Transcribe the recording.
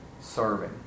serving